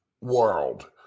world